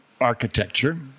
architecture